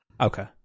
okay